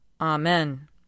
Amen